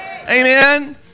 amen